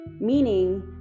Meaning